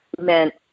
meant